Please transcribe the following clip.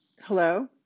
Hello